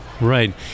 Right